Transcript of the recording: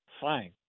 Fine